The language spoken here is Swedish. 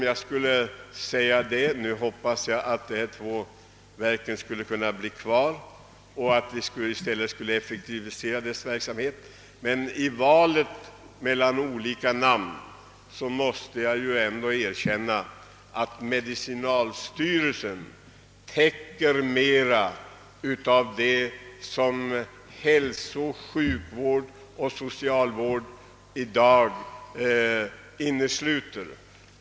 Jag hoppas att de nuvarande två verken kan bli kvar och att vi i stället effektiviserar deras verksamhet, men i valet mellan olika namn måste jag erkänna att medicinalstyrelsen täcker mera av vad hälsooch sjukvård samt socialvård innefattar.